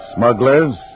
Smugglers